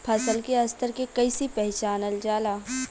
फसल के स्तर के कइसी पहचानल जाला